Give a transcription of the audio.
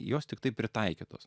jos tiktai pritaikytos